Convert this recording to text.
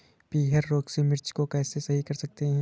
पीहर रोग से मिर्ची को कैसे सही कर सकते हैं?